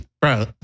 bro